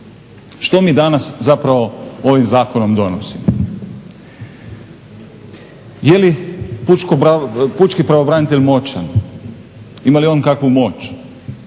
Što mi danas zapravo ovim zakonom donosimo? Jeli pučki pravobranitelj moćan? Ima li on kakvu moć?